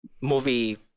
movie